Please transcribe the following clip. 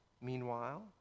Meanwhile